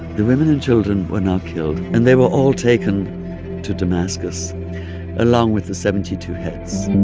the women and children were not killed. and they were all taken to damascus along with the seventy two heads